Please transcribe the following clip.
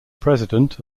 president